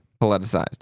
politicized